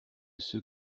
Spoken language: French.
ceux